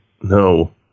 no